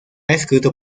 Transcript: escrito